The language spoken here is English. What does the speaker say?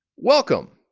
welcome.